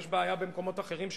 יש בעיה במקומות אחרים.